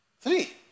Three